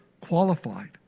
qualified